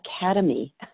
Academy